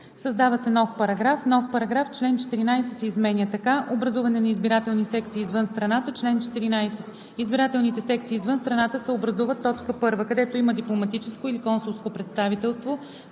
„Създава се нов §…:„§… Член 14 се изменя така: „Образуване на избирателни секции извън страната Чл. 14. Избирателните секции извън страната се образуват: 1. където има дипломатическо или консулско представителство